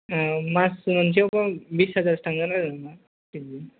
औ मास मोनसेयावथ' बिस हाजारसो थांगोन आरो